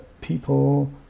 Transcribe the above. people